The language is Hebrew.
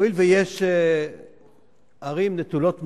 הואיל ויש ערים נטולות מענק,